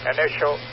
Initial